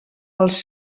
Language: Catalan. els